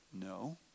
no